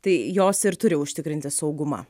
tai jos ir turi užtikrinti saugumą